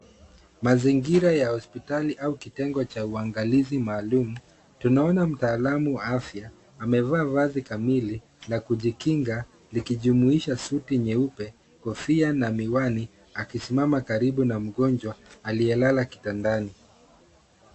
Mazingira ya hospitali au kitengo cha uangalizi maalum. Tunaona mtaalamu wa afya, amevaa vazi kamili la kujikinga likijumuisha suti nyeupe, kofia na miwani, akisimama karibu na mgonjwa aliyelala kitandani.